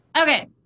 Okay